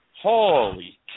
Holy